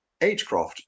agecroft